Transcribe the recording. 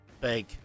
big